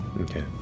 Okay